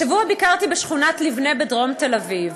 השבוע ביקרתי בשכונת לבנה בדרום תל-אביב,